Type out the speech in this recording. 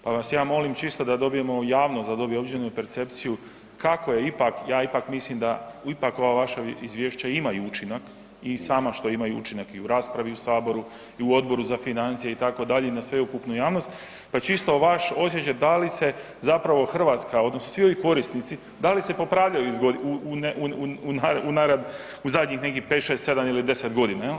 Pa vas ja molim čisto da dobijemo, javnost da dobije određenu percepciju, kako je ipak, ja ipak mislim da ipak ova vaša izvješća imaju učinak i sama što imaju učinak i u raspravi u Saboru i u Odboru za financije itd., na sveukupnu javnost, pa čisto vaš osjećaj da li se zapravo Hrvatska odnosno svi oni korisnici, da li se popravljaju u zadnjih nekih 5, 6, 7 ili 10 godina?